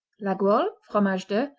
laguiole, fromage de,